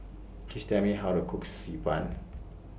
Please Tell Me How to Cook Xi Ban